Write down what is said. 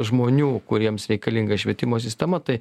žmonių kuriems reikalinga švietimo sistema tai